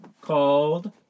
called